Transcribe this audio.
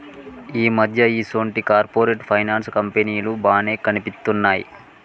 ఈ మధ్య ఈసొంటి కార్పొరేట్ ఫైనాన్స్ కంపెనీలు బానే కనిపిత్తున్నయ్